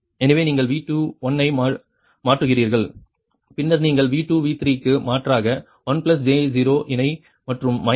எனவே நீங்கள் V21 ஐ மாற்றுகிறீர்கள் பின்னர் நீங்கள் V2 V3 க்கு மாற்றாக 1 j 0 இணை மற்றும் மைனஸ் 0